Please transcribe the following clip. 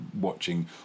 watching